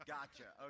Gotcha